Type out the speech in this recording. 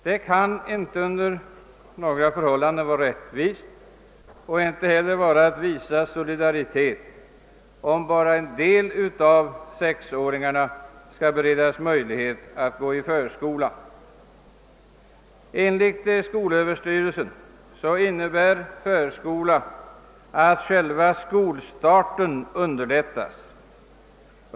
Det kan inte under några förhållanden vara rättvist och det visas inte heller solidaritet om bara en del av sexåringarna skall beredas möjlighet att gå i förskola. Enligt skolöverstyrelsen innebär förskola att själva skolstarten underlättas.